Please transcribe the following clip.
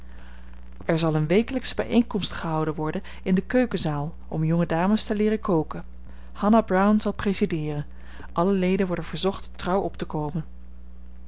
er zal eene wekelijksche bijeenkomst gehouden worden in de keukenzaal om jonge dames te leeren koken hanna brown zal presideeren alle leden worden verzocht trouw op te komen